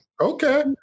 Okay